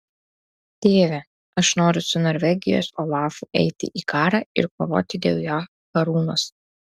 tėve aš noriu su norvegijos olafu eiti į karą ir kovoti dėl jo karūnos